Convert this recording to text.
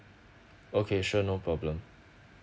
okay sure no problem